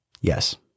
Yes